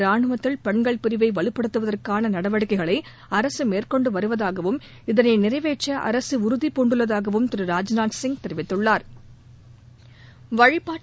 ராணுவத்தில் பெண்கள் பிரிவை வலுபடுத்துவதற்கான நடவடிக்கைகளை அரசு மேற்கொண்டு வருவதாகவும் இதனை நிறைவேற்ற அரசு உறுதிபூண்டுள்ளதாகவும் திரு ராஜ்நாத் சிங் தெரிவித்துள்ளாா்